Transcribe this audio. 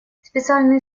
специальный